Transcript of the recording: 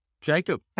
Jacob